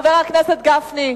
חבר הכנסת גפני.